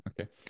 Okay